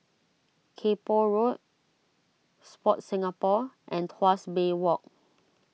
Kay Poh Road Sport Singapore and Tuas Bay Walk